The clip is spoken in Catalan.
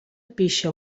pixa